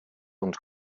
und